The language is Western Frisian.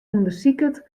ûndersiket